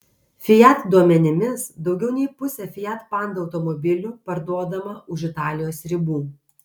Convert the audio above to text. fiat duomenimis daugiau nei pusė fiat panda automobilių parduodama už italijos ribų